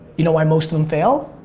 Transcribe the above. you know why most of em fail?